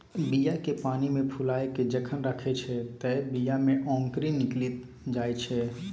बीया केँ पानिमे फुलाए केँ जखन राखै छै तए बीया मे औंकरी निकलि जाइत छै